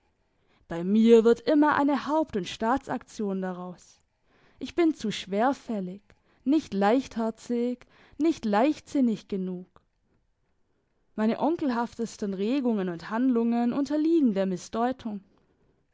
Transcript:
bei mir wird immer eine haupt und staatsaktion daraus ich bin zu schwerfällig nicht leichtherzig nicht leichtsinnig genug meine onkelhaftesten regungen und handlungen unterliegen der missdeutung